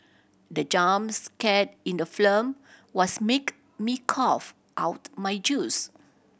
the jump scare in the film was make me cough out my juice